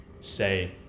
say